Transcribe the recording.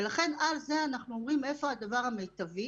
ולכן על זה אנחנו אומרים: איפה הדבר המיטבי